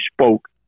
spoke